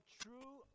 true